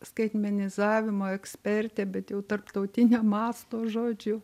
skaitmenizavimo ekspertė bet jau tarptautinio masto žodžiu